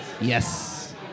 Yes